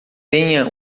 tenha